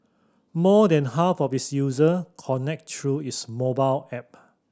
more than half of its user connect through its mobile app